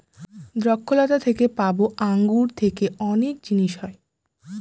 দ্রক্ষলতা থেকে পাবো আঙ্গুর থেকে অনেক জিনিস হয়